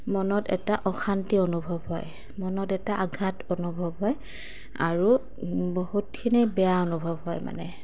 মনত এটা অশান্তি অনুভৱ হয় মনত এটা আঘাত অনুভৱ হয় আৰু বহুতখিনি বেয়া অনুভৱ হয় মানে